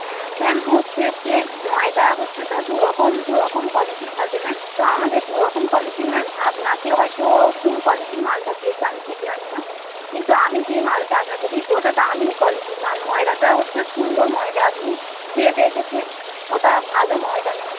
হ্যাঁ ম্যাম হচ্ছে সে ময়দা হচ্ছে তো দু রকম দু রকম কোয়ালিটির থাকে ম্যাম তো আমাদের দু রকম কোয়ালিটি ম্যাম আপনাকে হয়তো ও কোন কোয়ালিটির মালটা দিয়েছে আমি ঠিক জানি না কিন্তু আমি যেই মালটা আপনাকে দিয়েছি ওটা দামি কোয়ালিটির মাল ময়দাটা হচ্ছে সুন্দর ময়দা আপনি খেয়ে দেখেছেন ওটা ভালো ময়দা ম্যাম